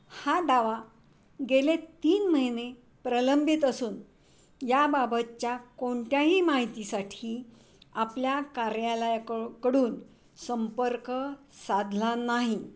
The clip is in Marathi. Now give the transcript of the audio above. हा दावा गेले तीन महिने प्रलंबित असून याबाबतच्या कोणत्याही माहितीसाठी आपल्या कार्यालयाको कडून संपर्क साधला नाही